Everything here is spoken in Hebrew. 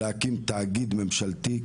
להקים תאגיד ממשלתי,